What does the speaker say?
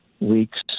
weeks